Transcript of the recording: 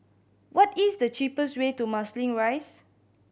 what is the cheapest way to Marsiling Rise